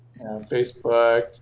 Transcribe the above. Facebook